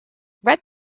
red